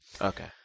Okay